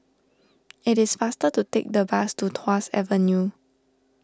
it is faster to take the bus to Tuas Avenue